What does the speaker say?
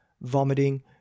vomiting